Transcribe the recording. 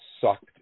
sucked